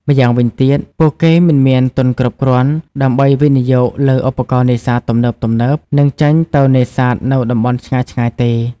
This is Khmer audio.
ម្យ៉ាងវិញទៀត ពួកគេមិនមានទុនគ្រប់គ្រាន់ដើម្បីវិនិយោគលើឧបករណ៍នេសាទទំនើបៗ និងចេញទៅនេសាទនៅតំបន់ឆ្ងាយៗទេ។